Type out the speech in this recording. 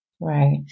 Right